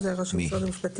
זו הערה של משרד המשפטים.